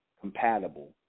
compatible